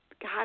God